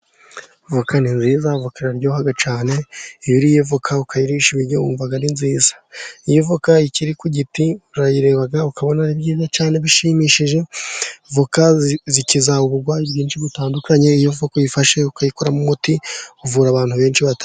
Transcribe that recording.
Avoka ni nziza iraryo cyane, iyo uriye avoka ukayirisha ibiryo wumva ari nziza , iyo avoka ikiri ku giti urayireba ukabona ari byiza cyane bishimishije , avoka zikiza uburwayi bwinshi butandukanye, iyo avoka uyifashe ukayikoramo umuti ivura abantu benshi batandukanye.